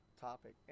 topic